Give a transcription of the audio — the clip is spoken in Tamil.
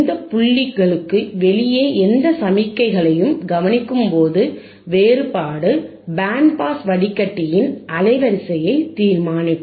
இந்த புள்ளிகளுக்கு வெளியே எந்த சமிக்ஞைகளையும் கவனிக்கும்போது வேறுபாடு பேண்ட் பாஸ் வடிகட்டியின் அலைவரிசையை தீர்மானிக்கும்